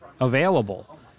available